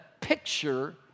picture